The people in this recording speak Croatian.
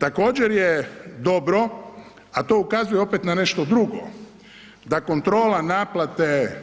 Također je dobro, a to ukazuje opet na nešto drugo, da kontrola naplate